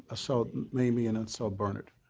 ah so mamie and and so bernard.